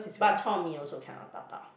bak-chor-mee also cannot dabao